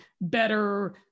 better